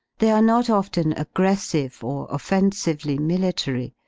they are not often aggressive or offensively military.